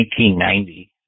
1990